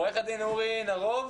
עו"ד אורי נרוב,